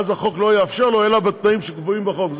אז החוק לא יאפשר לו אלא בתנאים שקבועים בחוק.